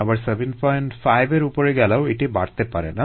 আবার 75 উপরে গেলেও এটি আর বাড়তে পারে না